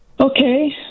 Okay